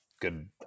good